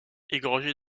égorgé